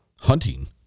hunting